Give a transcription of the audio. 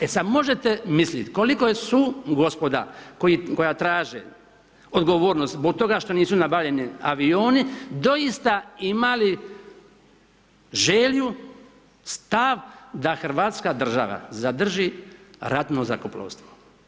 E sad možete misliti koliko su gospoda koja traže odgovornost zbog toga što nisu nabavljeni avioni doista imali želju, stav da hrvatska država zadrži ratno zrakoplovstvo.